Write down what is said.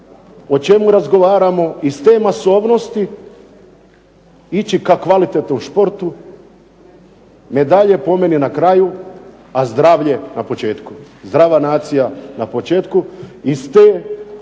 o čemu razgovaramo iz te masovnosti ići ka kvalitetnom sportu, medalje po meni na kraju, a zdravlje na početku. Zdrava nacija na početku.